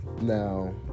Now